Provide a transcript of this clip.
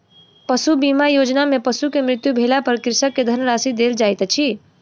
पशु बीमा योजना में पशु के मृत्यु भेला पर कृषक के धनराशि देल जाइत अछि